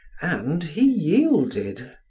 and he yielded.